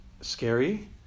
scary